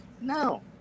no